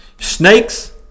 snakes